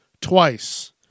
twice